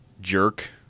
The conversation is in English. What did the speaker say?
jerk